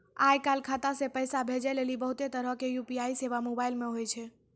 आय काल खाता से पैसा भेजै लेली बहुते तरहो के यू.पी.आई सेबा मोबाइल मे होय छै